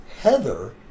Heather